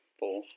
four